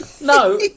No